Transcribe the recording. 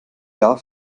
jahr